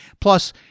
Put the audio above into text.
Plus